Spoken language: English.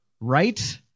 right